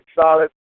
solid